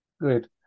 Great